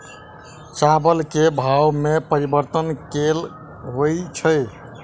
चावल केँ भाव मे परिवर्तन केल होइ छै?